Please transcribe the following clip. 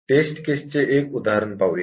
taste case चे एक उदाहरण पाहूया